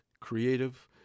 creative